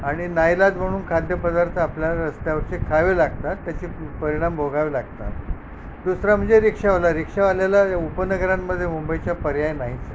आणि नाईलाज म्हणून खाद्यपदार्थ आपल्याला रस्त्यावर खायला लागतात त्याचे परिणाम भोगावे लागतात दुसरा म्हणजे रिक्षावाला रिक्षावाल्याला उपनगरांमधे मुंबईच्या पर्याय नाहीच आहे